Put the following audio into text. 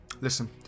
Listen